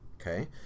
Okay